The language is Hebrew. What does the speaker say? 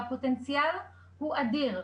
והפוטנציאל הוא אדיר.